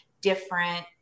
different